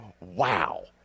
wow